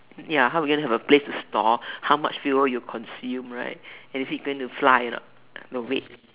ya how you want to have a plane to store how much fuel you consume right and if it's going to fly or not the weight